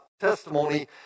testimony